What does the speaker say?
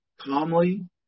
calmly